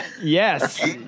Yes